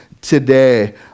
today